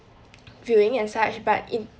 viewing and such but in